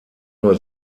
nur